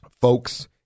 folks